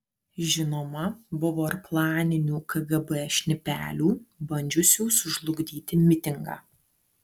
žinoma buvo ir planinių kgb šnipelių bandžiusių sužlugdyti mitingą